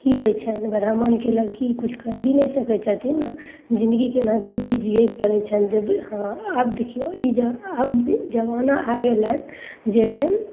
की होइ छनि ब्राम्हणके लड़की किछु करि भी नहि सकय छथिन ने जिनगी केनाहितो भी जीयै पड़य छनि जबहँ आब देखियौ ई जँ आब जमाना आ गेलई जाहिमे